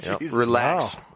Relax